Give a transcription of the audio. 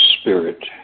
Spirit